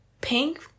pink